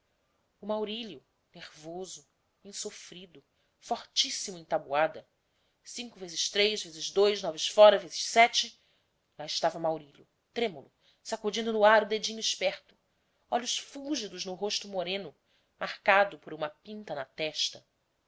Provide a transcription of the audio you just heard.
o maurílio nervoso insofrido fortíssimo em tabuada cinco vezes três vezes dois noves fora vezes sete ia estava maurílio trêmulo sacudindo no ar o dedinho esperto olhos fúlgidos rosto moreno marcado por uma pinta na testa